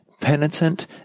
penitent